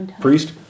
priest